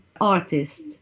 artist